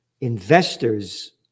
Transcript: investors